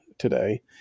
today